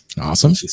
Awesome